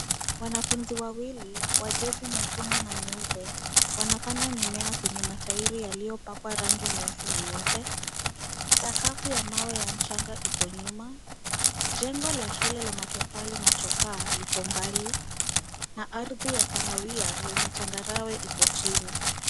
Wanafunzi wawili wa jezi nyekundu na nyeupe wanapanda mimea kwenye matairi yaliyopakwa rangi nyeusi na nyeupe. Sakafu ya mawe ya mchanga iko nyuma. Jengo la shule la matofali na chokaa liko mbali, na ardhi ya kahawia yenye changarawe iko chini.